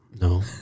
No